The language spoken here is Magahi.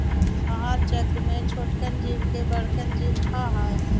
आहार चक्र में छोटकन जीव के बड़कन जीव खा हई